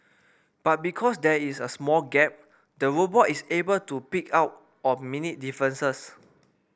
but because there is a small gap the robot is able to pick up on minute differences